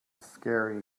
scary